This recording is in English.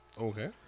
Okay